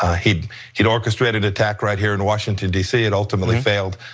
ah he had orchestrated attack right here in washington dc, it ultimately failed.